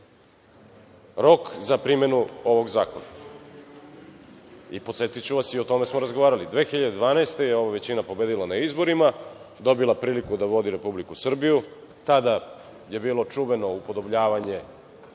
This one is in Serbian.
rok za primenu ovog zakona. Podsetiću vas, i o tome smo razgovarali 2012. godine, ova većina je pobedila na izborima, dobila priliku da vodi Republiku Srbiju. Tada je bilo čuveno upodobljavanje